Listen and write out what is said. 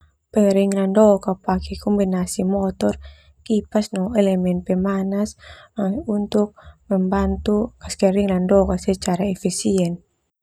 Pake kombinasi motor kipas no elemen pemanas untuk membantu kaskwring langadok secara efisien.